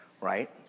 right